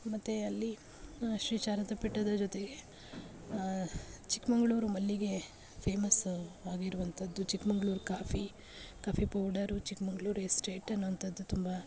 ಮತ್ತು ಅಲ್ಲಿ ಶ್ರೀ ಶಾರದ ಪೀಠದ ಜೊತೆಗೆ ಚಿಕ್ಕಮಗಳೂರು ಮಲ್ಲಿಗೆ ಫೇಮಸ್ಸು ಆಗಿರುವಂಥದ್ದು Chikkamagaluru coffee coffee powder Chikkamagaluru estate ಅನ್ನೋಂಥದ್ದು ತುಂಬ